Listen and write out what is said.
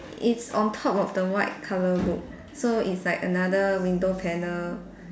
it's on top of the white colour book so it's like another window panel